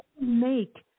make